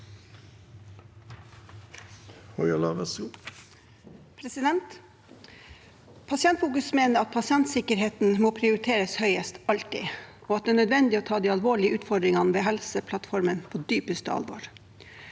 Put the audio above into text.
Pasientfokus mener at pasientsikkerheten alltid må prioriteres høyest, og at det er nødvendig å ta de alvorlige utfordringene med Helseplattformen på dypeste alvor.